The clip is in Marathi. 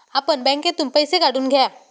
आपण बँकेतून पैसे काढून घ्या